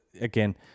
again